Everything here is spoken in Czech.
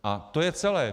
A to je celé.